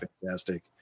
fantastic